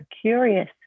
curious